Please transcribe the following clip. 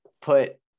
put